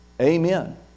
Amen